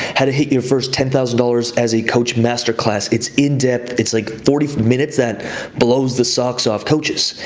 how to hit your first ten thousand dollars as a coach masterclass. it's in depth, it's like forty five minutes that blows the socks off coaches.